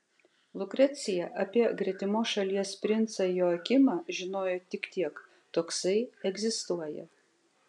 lukrecija apie gretimos šalies princą joakimą žinojo tik tiek toksai egzistuoja